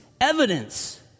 evidence